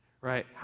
right